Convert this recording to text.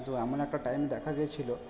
কিন্তু এমন একটা টাইম দেখা গিয়েছিল